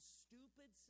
stupid